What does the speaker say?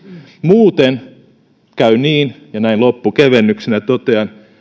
muuten käy niin ja näin loppukevennyksenä totean